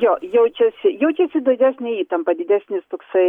jo jaučiasi jaučiasi didesnė įtampa didesnis toksai